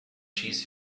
cheese